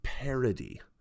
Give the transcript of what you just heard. parody